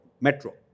metro